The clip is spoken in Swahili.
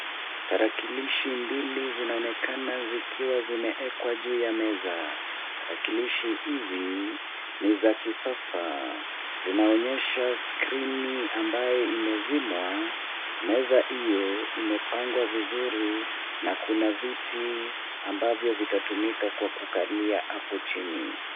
Tarakilishi mbili zinaonekana zikiwa zimeekwa juu ya meza. Tarakilishi hizi ni za kisasa. Zinaonyesha skrini ambayo imezimwa. Meza hiyo imepangwa vizuri na kuna viti ambavyo vitatumika kwa kukalia hapo chini.